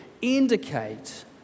indicate